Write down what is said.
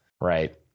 Right